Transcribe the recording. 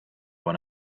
when